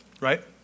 right